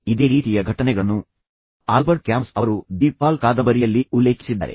ಇದೇ ರೀತಿಯ ಘಟನೆಗಳನ್ನು ಆಲ್ಬರ್ಟ್ ಕ್ಯಾಮಸ್ ಅವರು ದಿ ಫಾಲ್ ಕಾದಂಬರಿಯಲ್ಲಿ ಉಲ್ಲೇಖಿಸಿದ್ದಾರೆ